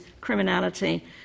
criminality